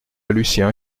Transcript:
lucien